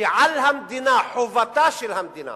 שעל המדינה, חובתה של המדינה